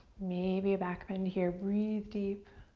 maybe a back bend here. breathe deep,